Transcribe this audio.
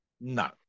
No